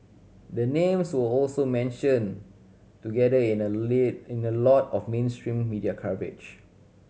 the names were also mentioned together in a in a lot of mainstream media coverage